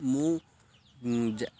ମୁଁ